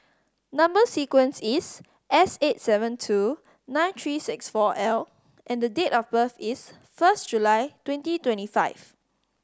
number sequence is S eight seven two nine three six four L and date of birth is first July twenty twenty five